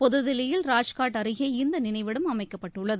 புதுதில்லியில் ராஜ்காட் அருகே இந்த நினைவிடம் அமைக்கப்பட்டுள்ளது